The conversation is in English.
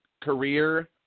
career